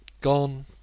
gone